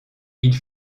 ils